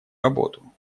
работу